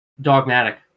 dogmatic